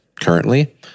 currently